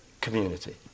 community